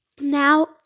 now